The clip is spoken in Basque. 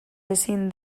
ezin